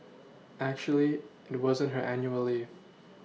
actually it wasn't her annual leave